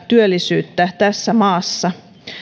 työllisyyttä tässä maassa